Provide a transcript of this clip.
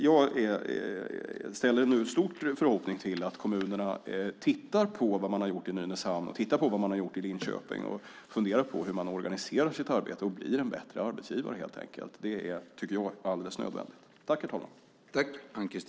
Jag ställer nu stor förhoppning till att kommunerna tittar på vad de har gjort i Nynäshamn och tittar på vad de har gjort i Linköping och funderar på hur man organiserar sitt arbete och blir en bättre arbetsgivare, helt enkelt. Det är, tycker jag, alldeles nödvändigt.